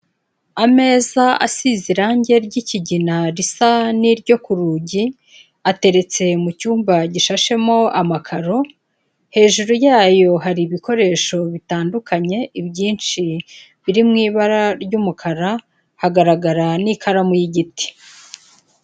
Ameza asize irange ry'ikigina risa n'iryo ku rugi ateretse mu cyumba gishashemo amakaro, hejuru yayo hari ibikoresho bitandukanye ibyinshi biri mu ibara ry'umukara hagaragara n'ikaramu y'igiti.